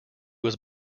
was